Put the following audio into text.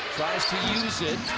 tries to use it.